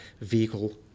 vehicle